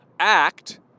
act